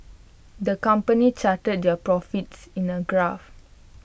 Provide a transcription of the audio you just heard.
the company charted their profits in A graph